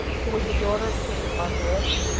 who was the daughter of king archelaus,